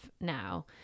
now